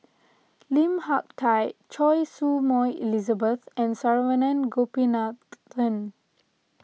Lim Hak Tai Choy Su Moi Elizabeth and Saravanan Gopinathan